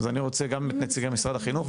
אז אני רוצה גם את נציגי משרד החינוך.